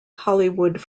hollywood